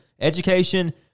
Education